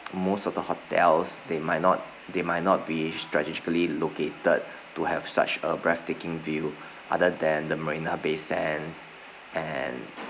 most of the hotels they might not they might not be strategically located to have such a breathtaking view other than the marina bay sands and